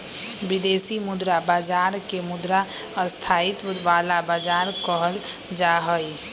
विदेशी मुद्रा बाजार के मुद्रा स्थायित्व वाला बाजार कहल जाहई